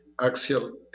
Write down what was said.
Axial